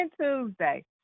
Tuesday